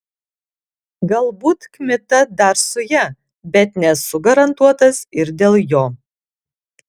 galbūt kmita dar su ja bet nesu garantuotas ir dėl jo